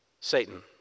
Satan